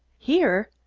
here?